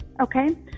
Okay